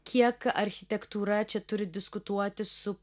kiek architektūra čia turi diskutuoti su